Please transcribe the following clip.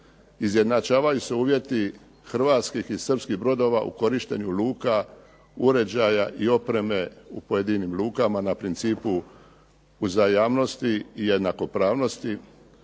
izjednačavaju se uvjeti hrvatskih i srpskih brodova u korištenju luka, uređaja i opreme u pojedinim lukama na principu uzajamnosti, jednakopravnosti,